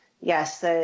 yes